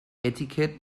etiquette